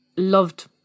loved